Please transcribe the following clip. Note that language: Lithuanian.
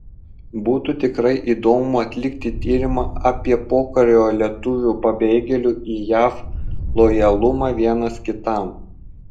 būtų tikrai įdomu atlikti tyrimą apie pokario lietuvių pabėgėlių į jav lojalumą vienas kitam